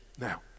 Now